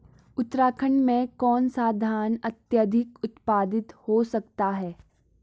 उत्तराखंड में कौन सा धान अत्याधिक उत्पादित हो सकता है?